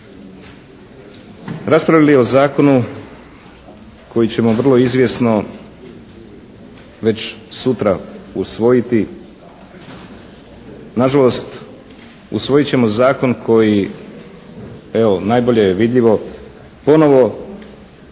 raspravili o zakonu koji ćemo vrlo izvjesno već sutra usvojiti. Nažalost, usvojit ćemo zakon koji evo, najbolje je vidljivo ponovo